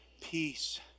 peace